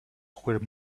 were